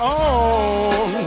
on